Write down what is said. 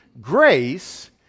grace